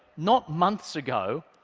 not months ago,